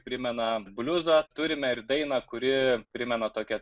primena bliuzo turime ir dainą kuri primena tokią